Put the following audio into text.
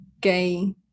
gay